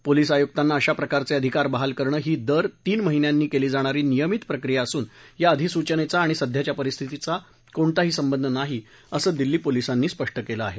police आयुक्तांना अशा प्रकारचे अधिकार बहाल करणं ही दर तीन महिन्यांनी केली जाणारी नियमित प्रक्रिया असून या अधिसूचनेचा आणि सध्याच्या परिस्थितीचा कोणताही संबंध नाही असं दिल्ली पोलीसांनी स्पष्ट केलं आहे